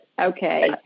Okay